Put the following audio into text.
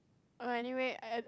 err anyway add~